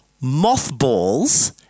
mothballs